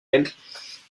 elles